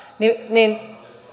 niin niin